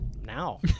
now